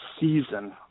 season